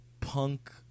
punk